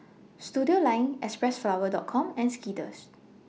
Studioline Xpressflower Dot Com and Skittles